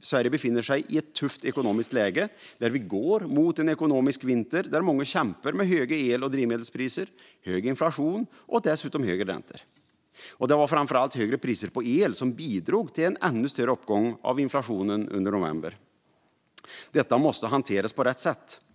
Sverige befinner sig i ett tufft ekonomiskt läge och vi går mot en ekonomisk vinter där många kämpar med höga el och drivmedelspriser, hög inflation och dessutom högre räntor. Det var framför allt högre priser på el som bidrog till en ännu större uppgång av inflationen under november. Detta måste hanteras på rätt sätt.